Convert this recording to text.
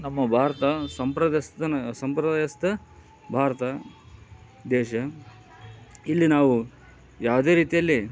ನಮ್ಮ ಭಾರತ ಸಂಪ್ರದಾಯಸ್ಥ ಭಾರತ ದೇಶ ಇಲ್ಲಿ ನಾವು ಯಾವುದೇ ರೀತಿಯಲ್ಲಿ